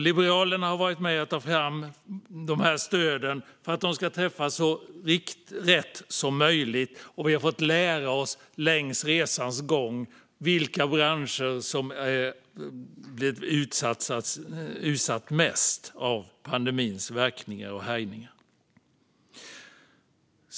Liberalerna har varit med och tagit fram de här stöden för att de ska träffa så rätt som möjligt, och vi har under resans gång fått lära oss vilka branscher som är mest utsatta av pandemins verkningar och härjningar.